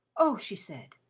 oh! she said,